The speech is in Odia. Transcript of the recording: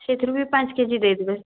ସେଥିରୁ ବି ପାଞ୍ଚ କେ ଜି ଦେଇଦେବେ